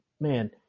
man